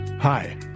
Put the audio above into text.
hi